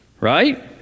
right